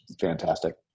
fantastic